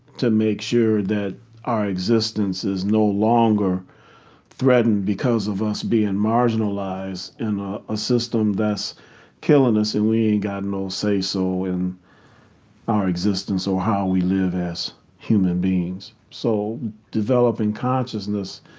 to make sure that our existence is no longer threatened because of us being marginalized in ah a system that's killing us and we ain't got no say-so in our existence or how we live as human beings. so developing consciousness,